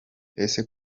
ese